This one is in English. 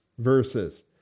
Verses